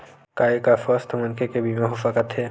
का एक अस्वस्थ मनखे के बीमा हो सकथे?